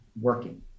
working